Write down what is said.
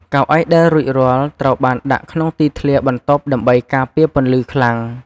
កៅអីដែលរួចរាល់ត្រូវបានដាក់ក្នុងទីធ្លាបន្ទប់ដើម្បីការពារពន្លឺខ្លាំង។